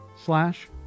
slash